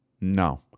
no